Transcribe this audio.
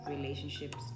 relationships